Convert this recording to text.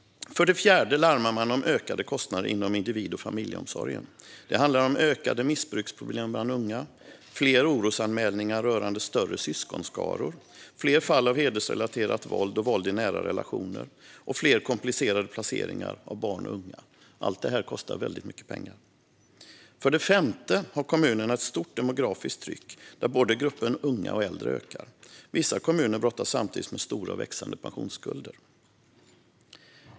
För det fjärde larmar man om ökade kostnader inom individ och familjeomsorgen. Det handlar om ökade missbruksproblem bland unga, fler orosanmälningar rörande större syskonskaror, fler fall av hedersrelaterat våld och våld i nära relationer och fler komplicerade placeringar av barn och unga. Allt detta kostar mycket pengar. För det femte har kommunerna ett stort demografiskt tryck, då både gruppen unga och gruppen äldre ökar. Vissa kommuner brottas samtidigt med stora och växande pensionsskulder.